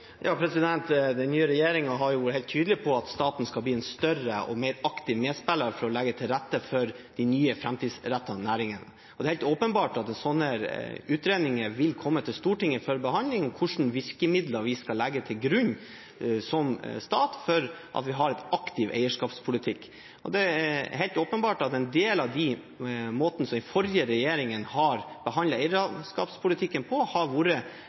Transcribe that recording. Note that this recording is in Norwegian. Den nye regjeringen er helt tydelig på at staten skal bli en større og mer aktiv medspiller for å legge til rette for de nye framtidsrettede næringene. Og det er helt åpenbart at slike utredninger vil komme til Stortinget for behandling – om hvilke virkemidler vi skal legge til grunn som stat for en aktiv eierskapspolitikk. Det er helt åpenbart at en del av de måtene den forrige regjeringen har behandlet eierskapspolitikken på, har vært at alt skal få lov til å være som det har vært.